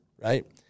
right